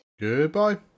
Goodbye